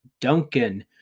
Duncan